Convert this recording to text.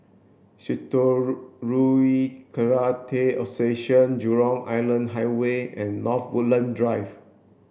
Karate Association Jurong Island Highway and North Woodland Drive